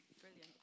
brilliant